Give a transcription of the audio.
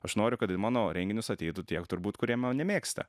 aš noriu kad į mano renginius ateitų tie turbūt kurie mane mėgsta